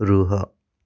ରୁହ